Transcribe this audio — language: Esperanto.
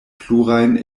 plurajn